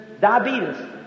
diabetes